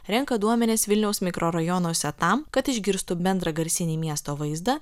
renka duomenis vilniaus mikrorajonuose tam kad išgirstų bendrą garsinį miesto vaizdą